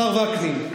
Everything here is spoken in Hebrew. השר וקנין,